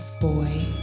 boy